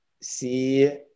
see